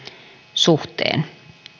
suhteen